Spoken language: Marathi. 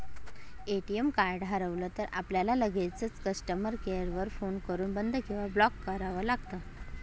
ए.टी.एम कार्ड हरवलं तर, आपल्याला लगेचच कस्टमर केअर वर फोन करून बंद किंवा ब्लॉक करावं लागतं